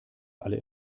alle